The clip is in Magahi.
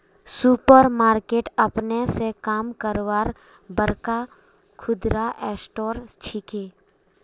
सुपर मार्केट अपने स काम करवार बड़का खुदरा स्टोर छिके